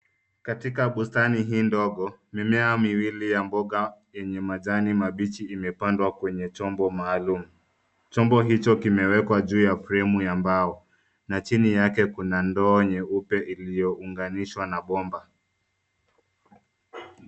Katika bustani hii ndogo, mimea miwili ya mboga yenye majani mabichi imepandwa kwenye chombo maalum. Chombo hicho kimewekwa juu ya fremu ya mbao na chini yake kuna ndoo nyeupe iliyounganishwa na bomba.